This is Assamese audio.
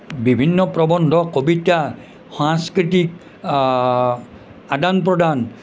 বিভিন্ন প্ৰৱন্ধ কবিতা সাংস্কৃতিক আদান প্ৰদান